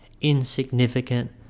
insignificant